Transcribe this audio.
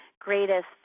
greatest